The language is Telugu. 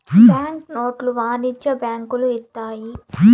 బ్యాంక్ నోట్లు వాణిజ్య బ్యాంకులు ఇత్తాయి